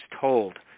told